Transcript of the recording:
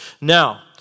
Now